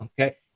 Okay